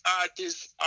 artists